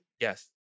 Yes